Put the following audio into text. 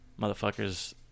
motherfuckers